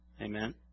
Amen